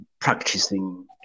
practicing